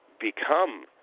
Become